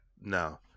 no